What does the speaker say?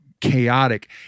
chaotic